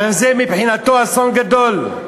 הרי זה מבחינתו אסון גדול.